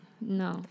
No